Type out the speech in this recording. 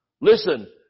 Listen